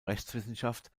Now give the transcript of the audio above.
rechtswissenschaft